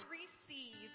receive